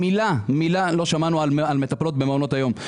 מילה לא שמענו על מטפלות במעונות היום.